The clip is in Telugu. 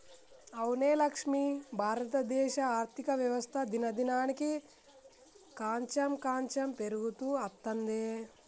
అవునే లక్ష్మి భారతదేశ ఆర్థిక వ్యవస్థ దినదినానికి కాంచెం కాంచెం పెరుగుతూ అత్తందే